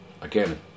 Again